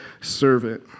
servant